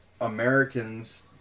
Americans